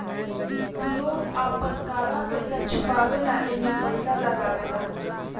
लोग आपन काला पइसा छुपावे ला एमे पइसा फसावेलन